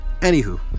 Anywho